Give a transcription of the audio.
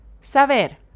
saber